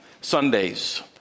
Sundays